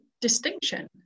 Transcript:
distinction